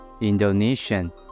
Indonesian